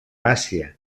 àsia